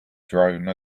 drone